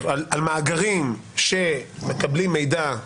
על מאגרים שמקבלים מידע,